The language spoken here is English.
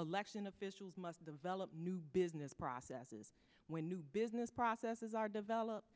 election officials must develop new business processes when new business processes are developed